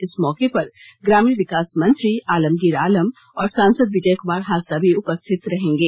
इस मौके पर ग्रामीण विकास मंत्री आलमगीर आलम और सासंद विजय कुमार हांसदा भी उपस्थित रहेंगे